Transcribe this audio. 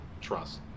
trust